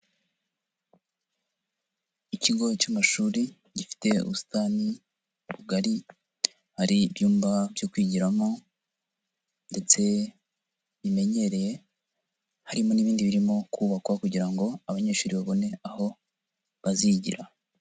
Ikigo cy'amashuri gifite ubusitani bugari hari ibyumba byo kwigiramo ndetse bimenyereye harimo n'ibindi birimo kubakwa kugira ngo abanyeshuri babone aho bazigira.